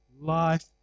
life